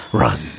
run